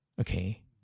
okay